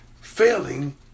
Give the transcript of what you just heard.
failing